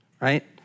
right